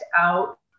out